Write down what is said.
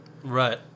Right